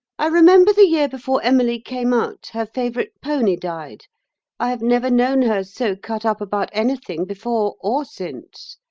i remember the year before emily came out her favourite pony died i have never known her so cut up about anything before or since.